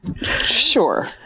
Sure